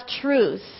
truth